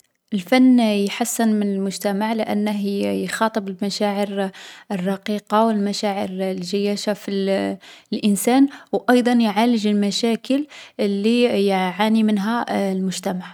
الفن يحسّن من المجتمع لأنه يـ يخاطب المشاعر الرقيقة و المشاعر الجيّاشة في الـ الإنسان. و أيضا يعالج المشاكل اللي يعاني منها المجتمع.